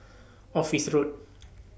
Office Road